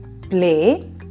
play